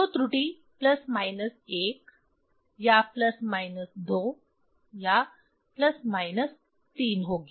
तो त्रुटि plus minus 1 या प्लस माइनस 2 या प्लस माइनस 3 होगी